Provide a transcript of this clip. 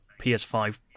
PS5